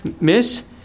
Miss